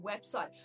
website